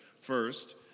First